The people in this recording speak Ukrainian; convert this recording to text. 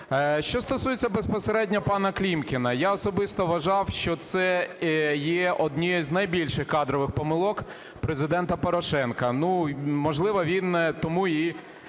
Що стосується безпосередньо пана Клімкіна. Я особисто вважав, що це є однією з найбільших кадрових помилок Президента Порошенка. Ну, можливо, він тому і,